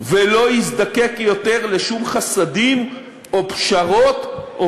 ולא יזדקק יותר לשום חסדים או פשרות או